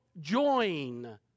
join